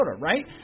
right